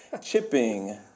chipping